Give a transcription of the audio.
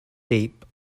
deep